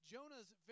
Jonah's